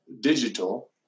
digital